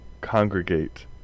congregate